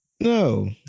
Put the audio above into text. no